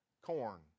corn